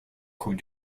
coupe